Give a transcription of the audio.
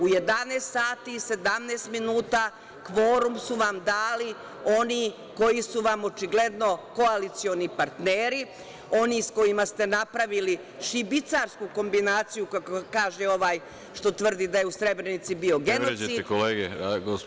U 11 sati i 17 minuta kvorum su vam dali oni koji su vam očigledno koalicioni partneri, oni sa kojima ste napravili šibicarsku kombinaciju, kako kaže ovaj što tvrdi da je u Srebrenici bio genocid…